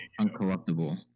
uncorruptible